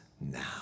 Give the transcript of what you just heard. now